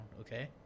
okay